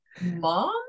mom